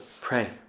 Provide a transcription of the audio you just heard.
pray